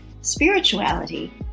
spirituality